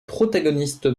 protagonistes